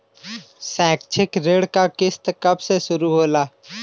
शैक्षिक ऋण क किस्त कब से शुरू होला?